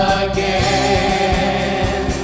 again